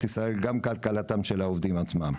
ישראל וגם כלכלתם של העובדים עצמם.